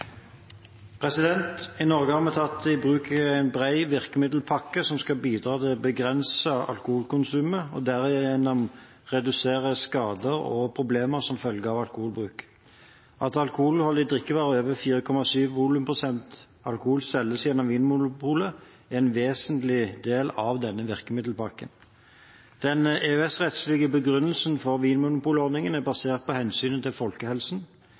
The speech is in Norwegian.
I Norge har vi tatt i bruk en bred virkemiddelpakke som skal bidra til å begrense alkoholkonsumet og derigjennom redusere skader og problemer som følge av alkoholbruk. At alkoholholdige drikkevarer over 4,7 volumprosent alkohol selges gjennom Vinmonopolet, er en vesentlig del av denne virkemiddelpakken. Den EØS-rettslige begrunnelsen for Vinmonopol-ordningen er basert på hensynet til folkehelsen.